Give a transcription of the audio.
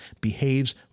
behaves